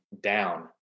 down